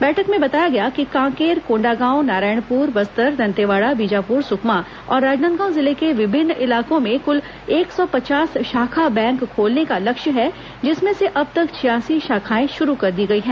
बैठक में बताया गया कि कांकेर कोंडागांव नारायणपुर बस्तर दंतेवाड़ा बीजापुर सुकमा और राजनांदगांव जिले के विभिन्न इलाकों में क्ल एक सौ पचास शाखा बैंक खोलने का लक्ष्य है जिसमें से अब तक छियासी शाखाएं शुरू कर दी गई हैं